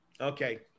Okay